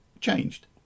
changed